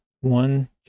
One